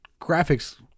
Graphics